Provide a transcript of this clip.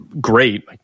great